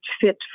fit